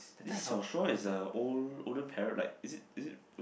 this 小说 is uh old older like is it is it